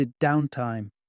downtime